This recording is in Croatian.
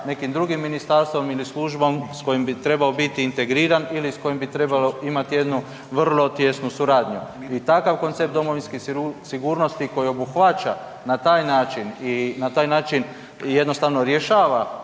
nekim drugim ministarstvom ili službom s kojim bi trebao biti integriran ili s kojim bi trebalo imati jednu vrlo tijesnu suradnju. I takav koncept domovinske sigurnosti koji obuhvaća na taj način i na taj način jednostavno rješava